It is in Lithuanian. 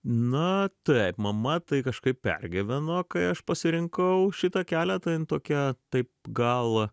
na taip mama tai kažkaip pergyveno kai aš pasirinkau šitą kelią ten tokią taip gal